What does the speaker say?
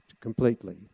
completely